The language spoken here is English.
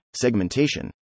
segmentation